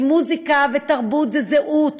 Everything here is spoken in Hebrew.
כי מוזיקה ותרבות זה זהות,